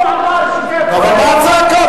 הוא אמר, אבל, מה הצעקה?